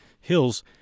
hills